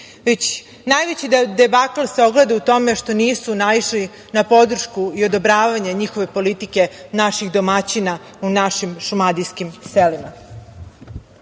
već najveći debakl se ogleda u tome što nisu naišli na podršku i odobravanje njihove politike naših domaćina u našim šumadijskim selima. Naši